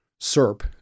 SERP